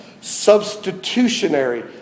substitutionary